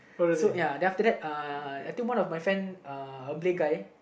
so ya then after that uh I think one of my friend uh a guy